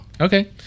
Okay